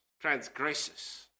transgressors